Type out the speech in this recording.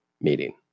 meeting